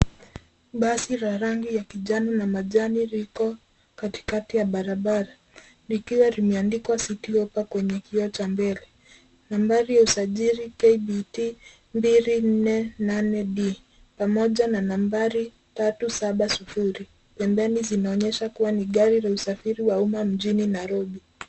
Basi la rangi ya kijani na majani liko katikati ya barabara, likiwa limeandikwa citi hoppa kwenye kioo cha mbele. Nambari ya usajili kbt 248d. Pamoja na nambari 370 pembeni zinaonyesha kuwa ni gari za usafiri wa umma mjini Nairobi.